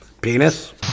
Penis